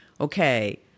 okay